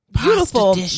beautiful